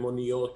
מוניות,